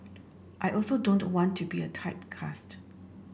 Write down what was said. I also don't want to be a typecast